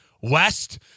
West